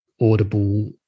audible